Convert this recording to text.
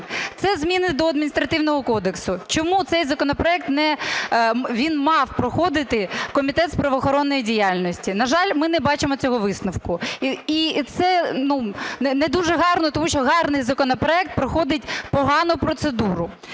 Це зміни до Адміністративного кодексу, чому цей законопроект, він мав проходити Комітет з правоохоронної діяльності? На жаль, ми не бачимо цього висновку. І це не дуже гарно, тому що гарний законопроект проходить погану процедуру.